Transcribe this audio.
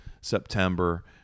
September